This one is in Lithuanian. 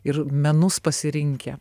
ir menus pasirinkę